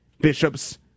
bishops